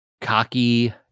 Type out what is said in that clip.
cocky